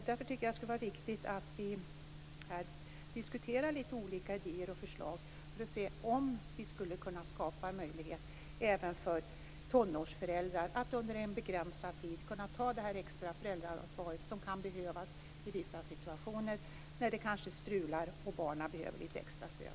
Därför tycker jag att det är viktigt att vi diskuterar lite olika idéer och förslag för att se om vi skulle kunna skapa möjlighet även för tonårsföräldrar att under en begränsad tid kunna ta det extra föräldraansvar som kan behövas i vissa situationer, när det kanske strular och barnen behöver lite extra stöd.